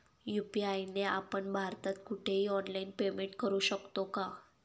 UPI ने आपण भारतात कुठेही ऑनलाईन पेमेंट करु शकतो का?